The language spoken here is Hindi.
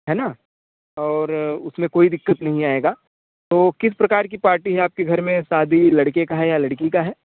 है ना और उसमें कोई दिक्कत नहीं आएगा तो किस प्रकार की पार्टी है आपके घर में शादी लड़के का है या लड़की का है